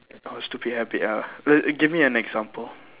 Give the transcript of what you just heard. oh stupid habit ah err give me an example